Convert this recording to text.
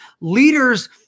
leaders